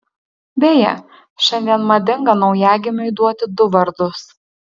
beje šiandien madinga naujagimiui duoti du vardus